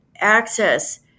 access